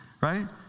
Right